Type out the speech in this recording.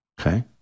Okay